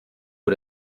vor